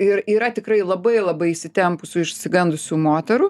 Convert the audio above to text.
ir yra tikrai labai labai įsitempusių išsigandusių moterų